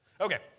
Okay